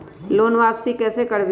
Loan वापसी कैसे करबी?